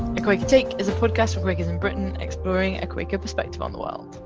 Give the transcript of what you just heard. a quaker take is a podcast for quakers in britain exploring a quaker perspective on the world.